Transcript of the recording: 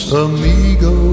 amigo